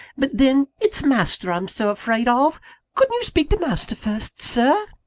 but then, it's master i'm so afraid of couldn't you speak to master first, sir?